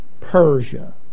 Persia